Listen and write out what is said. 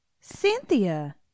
Cynthia